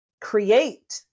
create